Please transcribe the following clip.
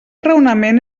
raonament